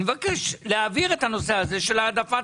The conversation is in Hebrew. אני מבקש להעביר את הנושא הזה של העדפת